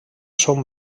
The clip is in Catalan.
són